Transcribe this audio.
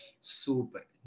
Super